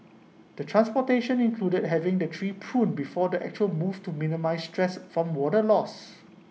the transplantation included having the tree pruned before the actual move to minimise stress from water loss